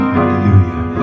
Hallelujah